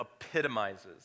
epitomizes